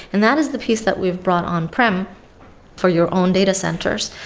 and that is the piece that we've brought on-prem for your own data centers.